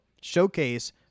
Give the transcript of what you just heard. showcase